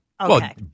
Okay